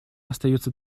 остается